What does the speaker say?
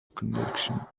connection